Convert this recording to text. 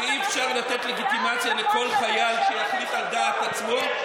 שאי-אפשר לתת לגיטימציה לכל חייל שיחליט על דעת עצמו?"